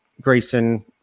Grayson